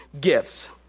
gifts